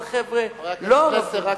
חבר הכנסת פלסנר,